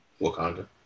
Wakanda